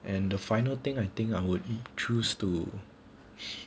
and the final thing I think I would choose to